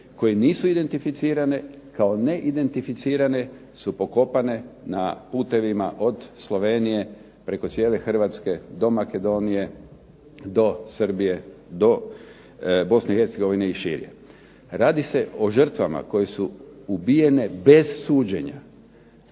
koje nisu identificirane, kao neidentificirane su pokopane na putevima od Slovenije preko cijele Hrvatske, do Makedonije, do Srbije, do Bosne i Hercegovine i šire. Radi se o žrtvama koje su ubijene bez suđenja.